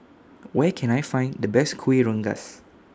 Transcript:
Where Can I Find The Best Kuih Rengas